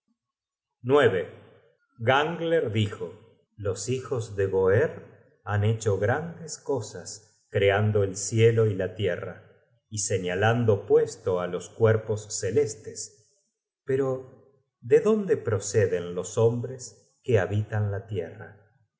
sus sesos gangler dijo los hijos de boerr han hecho grandes cosas creando el cielo y la tierra y señalando puesto á los cuerpos celestes pero de dónde proceden los hombres que habitan la tier